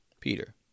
Peter